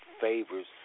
favors